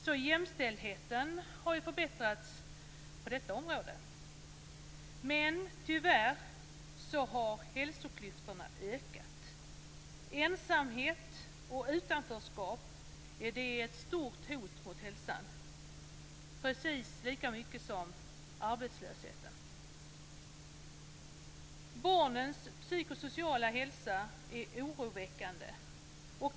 Jämställdheten har förbättrats på det området. Men tyvärr har hälsoklyftorna ökat. Ensamhet och utanförskap är ett stort hot mot hälsa - precis lika mycket som arbetslöshet. Barnens psykosociala hälsa är oroväckande.